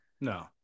no